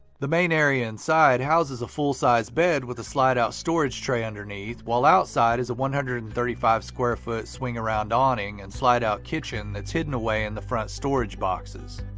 the main area inside houses a full-sized bed with a slide out storage tray underneath while outside is a one hundred and thirty five square foot swing around awning and slide out kitchen that's hidden away in the front storage boxes.